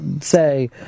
say